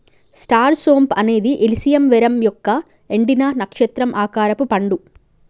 star సోంపు అనేది illicium verum యొక్క ఎండిన, నక్షత్రం ఆకారపు పండు